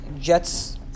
Jets